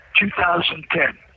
2010